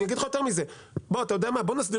אני אגיד לך יותר מזה, בוא נמצא